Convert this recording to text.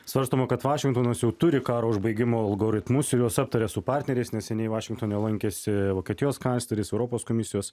svarstoma kad vašingtonas jau turi karo užbaigimo algoritmus ir juos aptaria su partneriais neseniai vašingtone lankėsi vokietijos kancleris europos komisijos